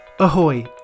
Ahoy